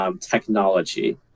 technology